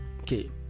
okay